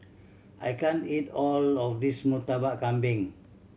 I can't eat all of this Murtabak Kambing